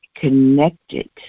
connected